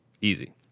Easy